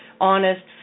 honest